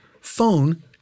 phone